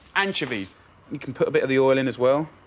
anchovies you can put a bit of the oil in as well,